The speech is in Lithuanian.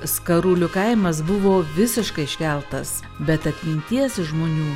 skarulių kaimas buvo visiškai iškeltas bet atminties iš žmonių